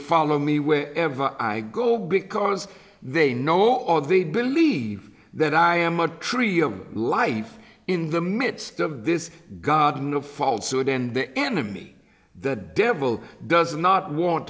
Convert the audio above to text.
follow me wherever i go because they know or they believe that i am a tree of life in the midst of this god no faults to it and the enemy the devil does not want